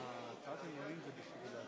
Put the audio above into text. אדוני היושב-ראש.